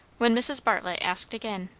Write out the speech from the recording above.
when mrs. bartlett asked again,